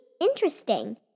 Interesting